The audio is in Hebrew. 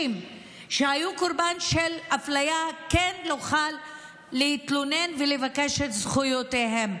שהיו קורבן של אפליה להתלונן ולבקש את זכויותיהם.